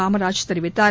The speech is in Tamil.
காமராஜ் தெரிவித்தார்